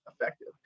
effective